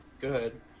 good